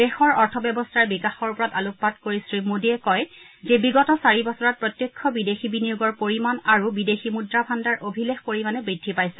দেশৰ অৰ্থ ব্যৱস্থাৰ বিকাশৰ ওপৰত আলোকপাত কৰি শ্ৰীমোদীয়ে কয় যে বিগত চাৰি বছৰত প্ৰত্যক্ষ বিদেশী বিনিয়োগৰ পৰিমাণ আৰু বিদেশী মুদ্ৰা ভাণ্ডাৰ অভিলেখ পৰিমাণে বৃদ্ধি পাইছে